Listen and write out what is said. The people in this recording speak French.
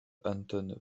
anton